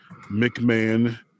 McMahon